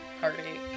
Heartache